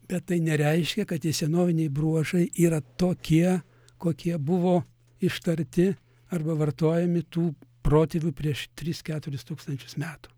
bet tai nereiškia kad tie senoviniai bruožai yra tokie kokie buvo ištarti arba vartojami tų protėvių prieš tris keturis tūkstančius metų